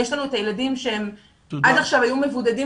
יש לנו את הילדים שעד עכשיו היו מבודדים